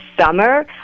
summer